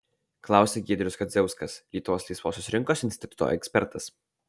klausia giedrius kadziauskas lietuvos laisvosios rinkos instituto ekspertas